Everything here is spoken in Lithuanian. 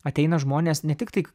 ateina žmonės ne tik tik